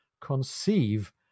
conceive